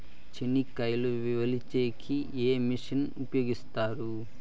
చెనక్కాయలు వలచే కి ఏ మిషన్ ను ఉపయోగిస్తారు?